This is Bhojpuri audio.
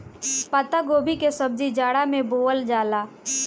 पातगोभी के सब्जी जाड़ा में बोअल जाला